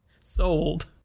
Sold